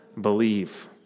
believe